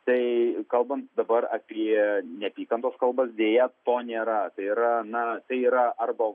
tai kalbant dabar apie neapykantos kalbas deja to nėra yra na tai yra arba